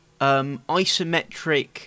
isometric